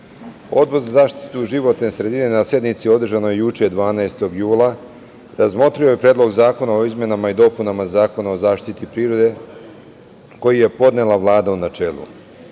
Odbor za zaštitu životne sredine, na sednici održanoj juče, 12. jula, razmotrio je Predlog zakona o izmenama i dopunama Zakona o zaštiti prirode, koji je podnela Vlada, u načelu. Imali